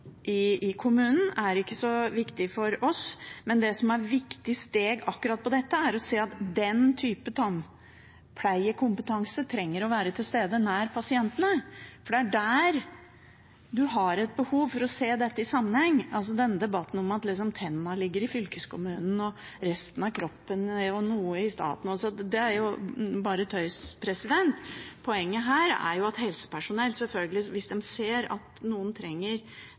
ansatt i kommunen, er ikke så viktig for oss. Det som er et viktig steg akkurat på dette, er å se at den typen tannpleiekompetanse trenger å være til stede nært pasientene, for det er der man har et behov for å se dette i sammenheng. Debatten om at ansvaret for tennene liksom ligger hos fylkeskommunen og noe ligger hos staten – det er jo bare tøys. Poenget er jo sjølsagt at hvis helsepersonell ser at noen trenger